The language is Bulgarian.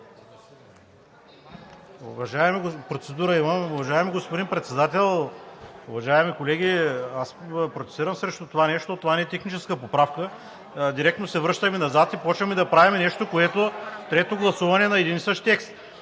Уважаеми господин Председател, уважаеми колеги! Аз протестирам срещу това нещо. Това не е техническа поправка. Директно се връщаме назад и започваме да правим нещо, което... Трето гласуване на един и същи текст.